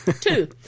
Two